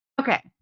Okay